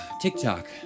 TikTok